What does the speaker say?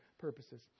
purposes